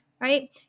right